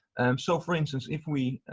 so for instance if we